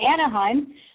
Anaheim